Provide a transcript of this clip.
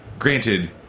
Granted